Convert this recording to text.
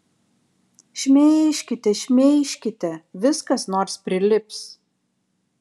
šmeižkite šmeižkite vis kas nors prilips